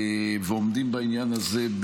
ועומדים בעניין הזה,